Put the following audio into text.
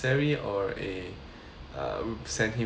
uh we send him for training as well